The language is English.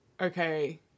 okay